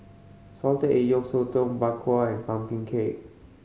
salted egg yolk sotong Bak Kwa and pumpkin cake